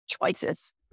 choices